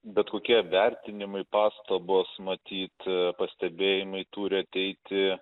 bet kokie vertinimai pastabos matyt pastebėjimai turi ateiti